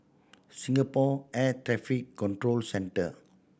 Singapore Air Traffic Control Centre